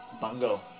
Bungo